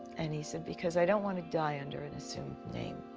and he said, because i don't want to die under an assumed name.